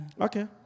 Okay